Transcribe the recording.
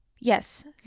Yes